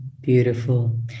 Beautiful